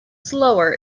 slower